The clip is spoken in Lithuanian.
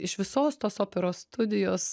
iš visos tos operos studijos